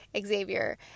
Xavier